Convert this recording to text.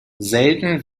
selten